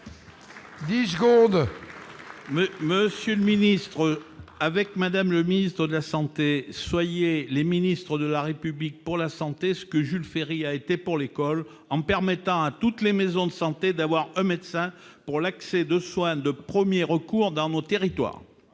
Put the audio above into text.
Monsieur le ministre avec Madame le ministre de la Santé, soyez les ministres de la République pour la santé ce que Jules Ferry a été pour l'école, en permettant à toutes les maisons de santé d'avoir un médecin pour l'accès de soins de 1er recours dans nos territoires.